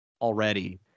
already